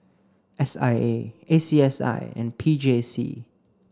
S I A A C S I and P J C